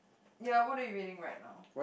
ya what are you reading right now